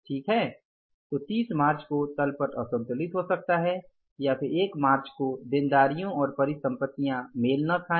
ठीक है तो 30 मार्च को तल पट असंतुलित हो सकता है या फिर एक मार्च को देनदारियों और परिसंपत्तियों मेल न खाएं